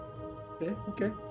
Okay